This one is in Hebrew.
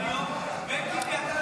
יש תשובת שר,